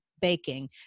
baking